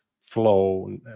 flow